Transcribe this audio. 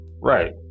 right